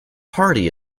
hardy